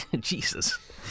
Jesus